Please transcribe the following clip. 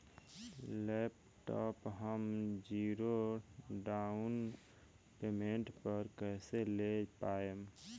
Laptop हम zero down payment पर कैसे ले पाएम?